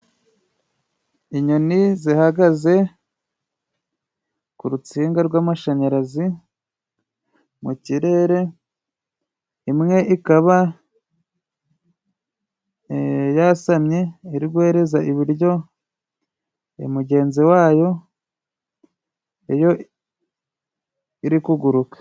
Inyoni zihagaze ku urutsinga rw'amashanyarazi mu kirere, imwe ikaba yasamye iri guhereza ibiryo mugenzi wayo yo iri kuguruka.